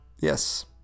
Yes